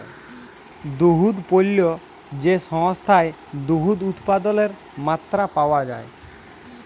দুহুদ পল্য যে সংস্থায় দুহুদ উৎপাদলের মাত্রা পাউয়া যায়